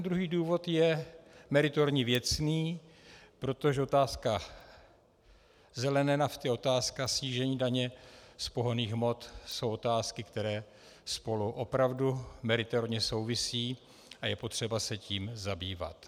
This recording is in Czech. Druhý důvod je meritorně věcný, protože otázka zelená nafty, otázka snížení daně z pohonných hmot, to jsou otázky, které spolu opravdu meritorně souvisí, a je potřeba se tím zabývat.